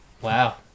Wow